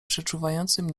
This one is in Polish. przeczuwającym